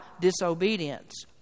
disobedience